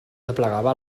aplegava